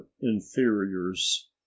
inferiors